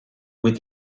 with